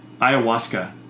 ayahuasca